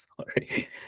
sorry